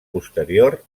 posterior